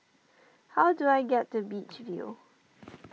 how do I get to Beach View